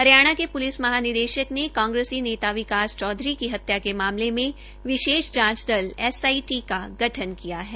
हरियाणा के पुलिस महानिदेशक ने कांग्रेसी नेता विकास चौधरी की हत्या के मामले में विशेष जांच दल एसआईटी का गठन किया है